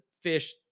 fish